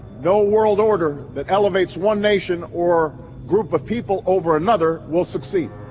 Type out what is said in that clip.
no world order that elevates one nation or group of people over another will succeed.